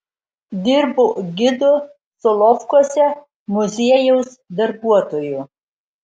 dirbo gidu solovkuose muziejaus darbuotoju